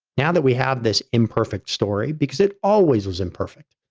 now that we have this imperfect story because it always was imperfect,